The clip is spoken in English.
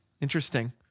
Interesting